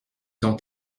ont